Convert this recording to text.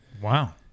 Wow